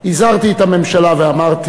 הזהרתי את הממשלה ואמרתי